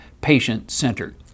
patient-centered